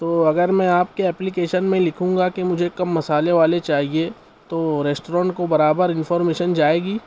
تو اگر میں آپ کے اپلیکیشن میں لکھوں گا کہ مجھے کم مصالحے والے چاہیے تو ریسٹورین کو برابر انفارمیشن جائے گی